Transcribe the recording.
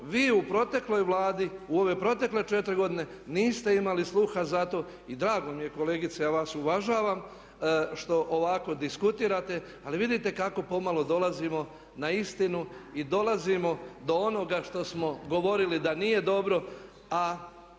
vi u protekloj Vladi i ove protekle 4 godine niste imali sluha za to. I drago mi je kolegice, ja vas uvažavam, što ovako diskutirate ali vidite kako pomalo dolazimo na istinu i dolazimo do onoga što smo govorili da nije dobro, a